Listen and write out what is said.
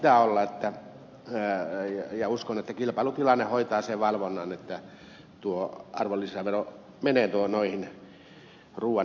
valvontaa pitää olla ja uskon että kilpailutilanne hoitaa sen valvonnan että arvonlisäveron alennus menee ruuan hintoihin